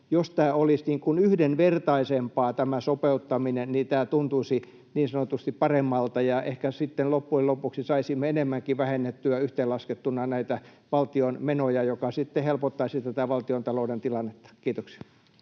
jos tämä sopeuttaminen olisi yhdenvertaisempaa, niin tämä tuntuisi niin sanotusti paremmalta ja ehkä sitten loppujen lopuksi saisimme enemmänkin vähennettyä yhteenlaskettuna näitä valtion menoja, mikä sitten helpottaisi tätä valtiontalouden tilannetta. — Kiitoksia.